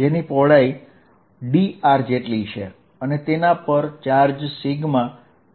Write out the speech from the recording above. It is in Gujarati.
જેની પહોળાઈ dr અને જો તે ચાર્જ area